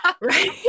Right